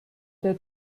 der